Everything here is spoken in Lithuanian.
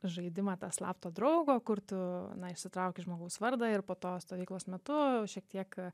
žaidimą tą slapto draugo kur tu na išsitrauki žmogaus vardą ir po to stovyklos metu šiek tiek